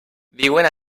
viuen